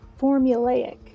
formulaic